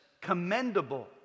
commendable